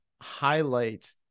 highlight